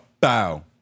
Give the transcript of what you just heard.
Bow